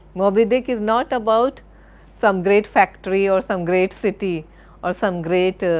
moby-dick is not about some great factory, or some great city or some great,